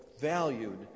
valued